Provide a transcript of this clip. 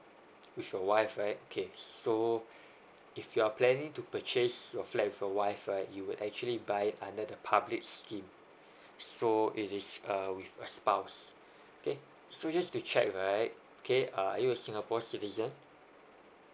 with your wife right okay so if you are planning to purchase a flat with your wife right you actually buy it under the public scheme so it is err with a spouse okay so just to check right okay uh are you singapore citizen